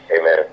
Amen